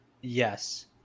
yes